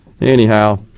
anyhow